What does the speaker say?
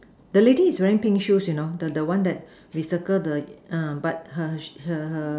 the lady is wearing pink shoes you know the the one that we circle the uh but her her